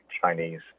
Chinese